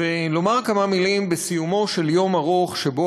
ולומר כמה מילים בסיומו של יום ארוך שבו